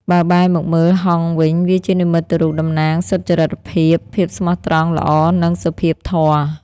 បើបែរមកមើលហង្សវិញ វាជានិមិត្តរូបតំណាងសុចរិតភាព, ភាពស្មោះត្រង់, ល្អ និងសុភាពធម៌។